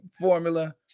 formula